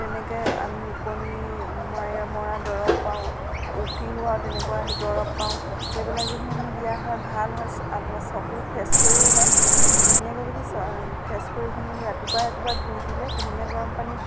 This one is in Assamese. তেনেকে আমি ওকণি মাৰি মৰা দৰৱ পাওঁ উফি হোৱাও তেনেকুৱা সেই দৰৱ পাওঁ সেইবিলাক যদি আনি দিয়া হয় ভাল হয় আকৌ চকু ফেচকুৰিও ওলায় আমি ধুনীয়াকে যদি ফেঁচকুৰিখিনি ৰাতিপুৱা ৰাতিপুৱাই ধুই দিলে কুহুমীয়া গৰম পানীত